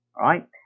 right